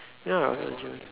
ya